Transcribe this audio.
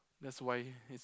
that's why